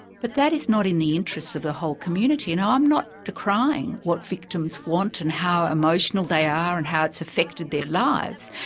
but that is not in the interests of the whole community and i'm not decrying what victims want and how emotional they are and how it's affected their lives,